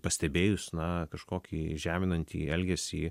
pastebėjus na kažkokį žeminantį elgesį